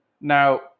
Now